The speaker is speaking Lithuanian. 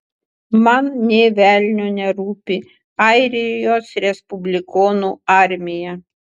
man nė velnio nerūpi airijos respublikonų armija